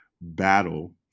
battle